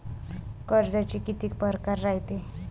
कर्जाचे कितीक परकार रायते?